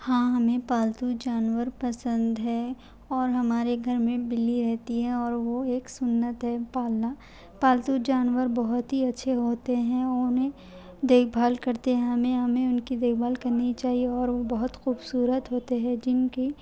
ہاں ہمیں پالتو جانور پسند ہے اور ہمارے گھر میں بلی رہتی ہے اور وہ ایک سنت ہے پالنا پالتو جانور بہت ہی اچھے ہوتے ہیں اور انہیں دیکھ بھال کرتے ہمیں ہمیں ان کی دیکھ بھال کرنی چاہیے اور وہ بہت خوبصورت ہوتے ہے جن کی